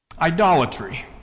Idolatry